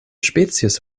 spezies